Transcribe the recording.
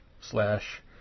slash